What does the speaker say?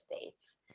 states